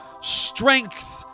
strength